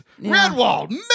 Redwall